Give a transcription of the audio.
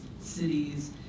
cities